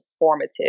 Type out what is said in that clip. informative